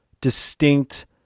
distinct